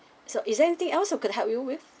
so is there anything else I could help you with